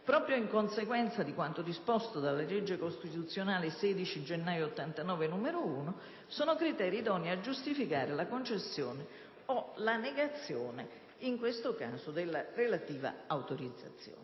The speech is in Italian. proprio in conseguenza di quanto disposto dalla legge costituzionale 16 gennaio 1989, n. 1, sono criteri idonei a giustificare la concessione o la negazione, della relativa autorizzazione».